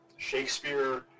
Shakespeare